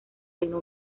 reino